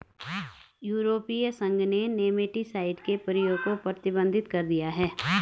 यूरोपीय संघ ने नेमेटीसाइड के प्रयोग को प्रतिबंधित कर दिया है